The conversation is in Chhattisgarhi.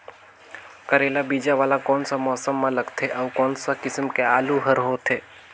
करेला बीजा वाला कोन सा मौसम म लगथे अउ कोन सा किसम के आलू हर होथे?